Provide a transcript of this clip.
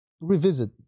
revisit